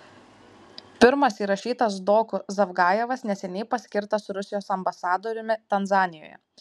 pirmas įrašytas doku zavgajevas neseniai paskirtas rusijos ambasadoriumi tanzanijoje